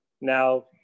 Now